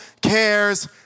cares